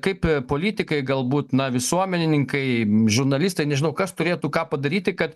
kaip politikai galbūt na visuomenininkai žurnalistai nežinau kas turėtų ką padaryti kad